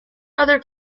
other